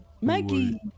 Maggie